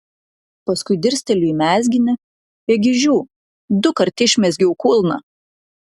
paskui dirsteliu į mezginį ėgi žiū dukart išmezgiau kulną